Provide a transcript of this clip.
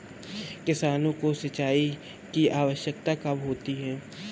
किसानों को सिंचाई की आवश्यकता कब होती है?